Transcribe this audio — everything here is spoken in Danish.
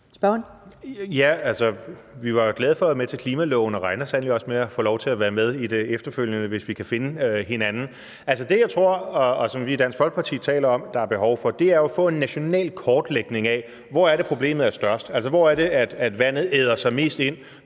Vi var jo glade for at være med i aftalen om klimaloven og regner sandelig også med at få lov til at være med i det efterfølgende forløb, hvis vi kan finde hinanden. Det, jeg tror, og det, vi i Dansk Folkeparti taler om der er behov for, er jo at få en national kortlægning af, hvor problemet er størst. Altså, hvor er det, vandet æder sig mest ind